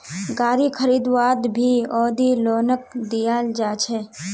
गारी खरीदवात भी अवधि लोनक दियाल जा छे